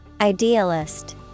Idealist